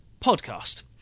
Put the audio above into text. podcast